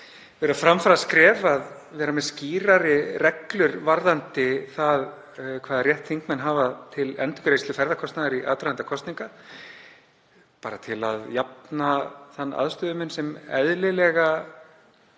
tel vera framfaraskref að vera með skýrari reglur varðandi það hvaða rétt þingmenn hafa til endurgreiðslu ferðakostnaðar í aðdraganda kosninga, bara til að jafna þann aðstöðumun sem eðlilega